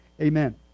amen